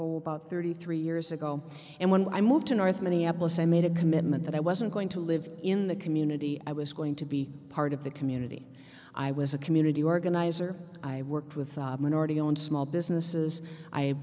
about thirty three years ago and when i moved to north minneapolis i made a commitment that i wasn't going to live in the community i was going to be part of the community i was a community organizer i worked with minority owned small businesses i